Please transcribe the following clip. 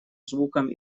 звуком